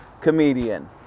comedian